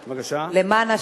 בבקשה.